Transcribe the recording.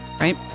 right